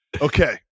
Okay